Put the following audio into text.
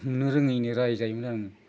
हमनो रोङैनो रायजायोमोन आङो